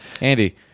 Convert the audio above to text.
Andy